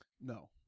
No